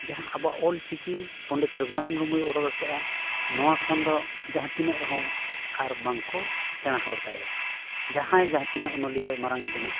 ᱡᱟᱦᱟᱸ ᱟᱵᱚᱣᱟᱜ ᱚᱞᱪᱤᱠᱤ ᱯᱚᱸᱰᱤᱛ ᱨᱚᱜᱷᱩᱱᱟᱛᱷ ᱢᱩᱨᱢᱩᱭ ᱩᱰᱩᱠ ᱟᱠᱟᱫᱟ ᱱᱚᱣᱟ ᱠᱷᱚᱱ ᱫᱚ ᱡᱟᱦᱟᱸ ᱛᱤᱱᱟᱹᱜ ᱨᱮᱦᱚᱸ ᱟᱨ ᱵᱟᱝ ᱠᱚ ᱥᱮᱬᱟ ᱦᱚᱫ ᱫᱟᱲᱮᱭᱟᱜᱼᱟ ᱡᱟᱦᱟᱸᱭ ᱡᱟᱦᱟᱸ ᱛᱤᱱᱟᱹᱜ ᱚᱱᱚᱞᱤᱭᱟᱹ ᱢᱟᱨᱟᱝ ᱮ ᱵᱮᱱᱟᱜ